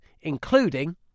including